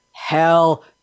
Hell